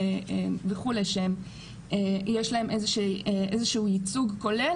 וכו' שיש להם איזה שהוא ייצוג כולל,